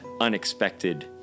Unexpected